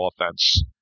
offense